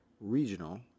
regional